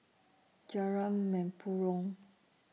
Jalan Mempurong